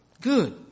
good